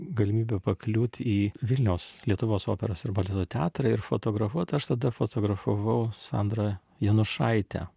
galimybė pakliūt į vilniaus lietuvos operos ir baleto teatrą ir fotografuot aš tada fotografavau sandrą janušaitę